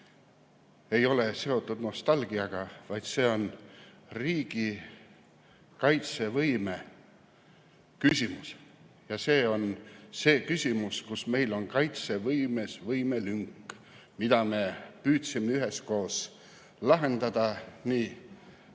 ei ole seotud nostalgiaga, vaid see on riigi kaitsevõime küsimus. See on see küsimus, kus meil on kaitsevõimes võimelünk, mida me püüdsime üheskoos lahendada, nii